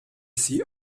sie